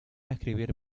escribir